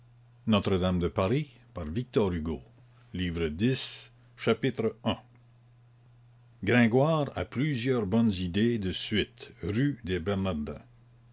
i gringoire a plusieurs bonnes idées de suite rue des